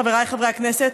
חבריי חברי הכנסת,